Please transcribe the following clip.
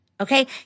okay